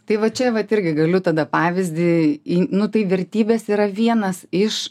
tai va čia vat irgi galiu tada pavyzdį į nu tai vertybės yra vienas iš